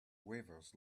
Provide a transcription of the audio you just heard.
waivers